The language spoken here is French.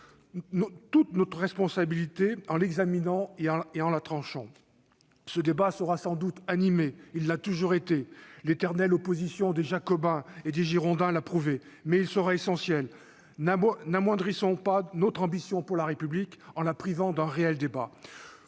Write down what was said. nous engagions toute notre responsabilité en l'examinant et en la tranchant. Ce débat sera sans doute animé, il l'a toujours été- l'éternelle opposition des Jacobins et des Girondins l'a prouvé -, mais il sera essentiel. N'amoindrissons pas notre ambition pour la République en la privant d'un réel débat.